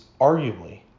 arguably